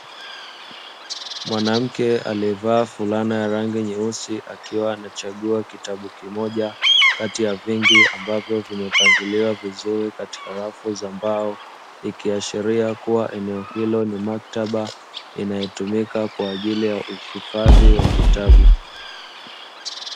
Mwanamke aliyevaa fulana ya rangi nyeusi, akiwa anachagua kitabu kimoja kati ya vingi ambavyo vimepangiliwa vizuri katika rafu za mbao, ikiashiria kuwa eneo hilo ni maktaba inayotumika kwa ajili ya uhifadhi wa vitabu.